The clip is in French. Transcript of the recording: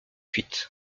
huit